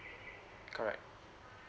correct